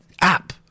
App